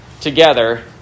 together